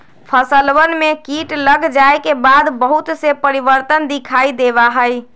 फसलवन में कीट लग जाये के बाद बहुत से परिवर्तन दिखाई देवा हई